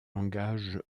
langage